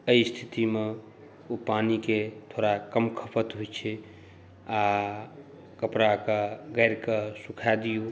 एहि स्थितिमे ओ पानिके थोड़ा कम खपत होइ छै आ कपड़ा कऽ गाड़िकऽ सुखा दिऔ